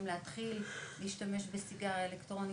אם להתחיל להשתמש בסיגריה אלקטרונית,